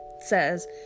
says